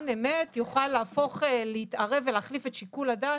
אמת יוכל להתערב ולהחליף את שיקול הדעת,